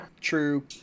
true